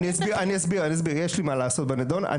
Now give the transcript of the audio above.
אני אסביר, יש לי מה לעשות בנדון.